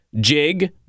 jig